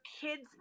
kids